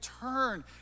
turn